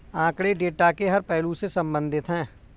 आंकड़े डेटा के हर पहलू से संबंधित है